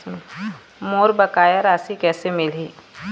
मोर बकाया राशि कैसे मिलही?